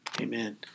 Amen